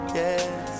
yes